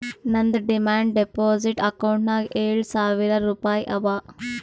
ನಂದ್ demand deposit ಅಕೌಂಟ್ನಾಗ್ ಏಳ್ ಸಾವಿರ್ ರುಪಾಯಿ ಅವಾ